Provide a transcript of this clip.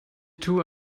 two